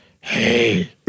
hey